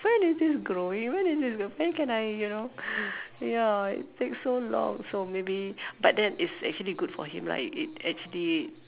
when is this growing when is this when can I you know ya it takes so long so maybe but then it's actually good for him lah it it actually